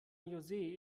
josé